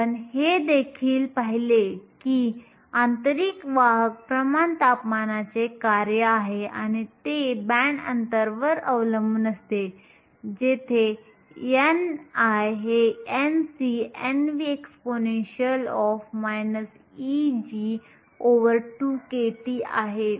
आपण हे देखील पाहिले की आंतरिक वाहक प्रमाण तापमानाचे कार्य आहे आणि ते बँड अंतरवर अवलंबून असते जेथे ni NcNv exp Eg2kT आहे